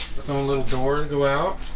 it's um a little door as well